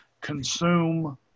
consume